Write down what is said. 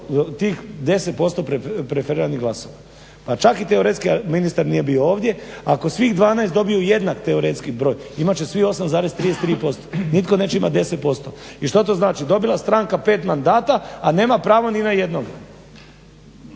10% preferiranih glasova, pa čak i teoretski ministar nije bio ovdje, ako svih 12 dobiju jedan teoretski broj, imat će svi 8,33%, nitko neće imati 10% i šta to znači, dobila stranka pet mandata a nema pravo ni na jednoga.